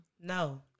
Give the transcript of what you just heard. No